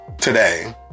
today